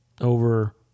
over